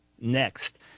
next